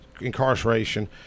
incarceration